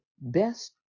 best